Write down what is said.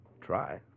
try